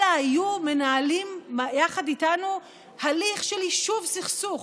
אלא היו מנהלים יחד איתנו הליך של יישוב סכסוך.